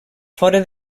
fora